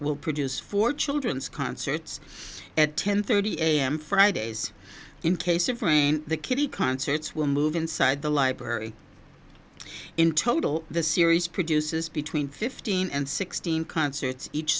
will produce for children's concerts at ten thirty am fridays in case of rain the kitty concerts will move inside the library in total the series produces between fifteen and sixteen concerts each